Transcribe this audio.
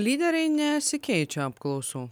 lyderiai nesikeičia apklausų